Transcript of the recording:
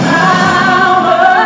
power